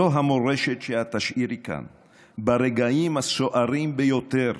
זאת המורשת שאת תשאירי כאן ברגעים הסוערים ביותר,